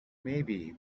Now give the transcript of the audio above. maybe